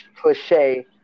cliche